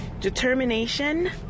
determination